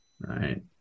Right